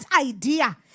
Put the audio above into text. idea